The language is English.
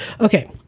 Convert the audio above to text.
okay